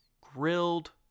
grilled